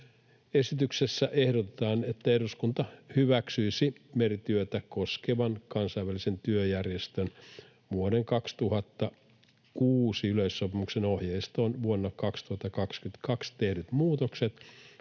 Esityksessä ehdotetaan, että eduskunta hyväksyisi merityötä koskevan Kansainvälisen työjärjestön vuoden 2006 yleissopimuksen ohjeistoon vuonna 2022 tehdyt muutokset